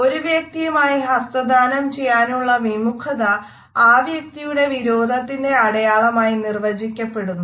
ഒരു വ്യക്തിയുമായി ഹസ്തദാനം ചെയ്യാനുള്ള വിമുഖത ആ വ്യകതിയുടെ വിരോധത്തിന്റെ അടയാളമായി നിർവചിക്കപ്പെടുന്നു